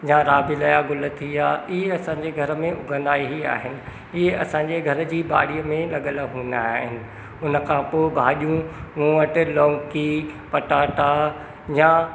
या राग जा गुल थी विया इहे असांजे घर में इलाही आहिनि इहे असांजी घर जी बाड़ीअ में लॻियल हूंदा आहिनि हुनखां पोइ गाॾियूं मूं वटि लौकी पटाटा या